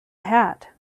hat